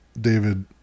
David